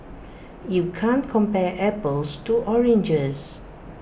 you can't compare apples to oranges